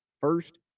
first